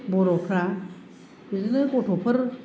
बर'फोरा बिदिनो गथ'फोर